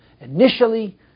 initially